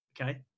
okay